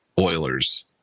Oilers